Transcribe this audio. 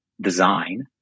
design